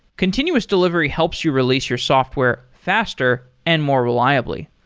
continuous delivery helps you release your software faster and more reliably.